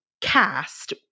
cast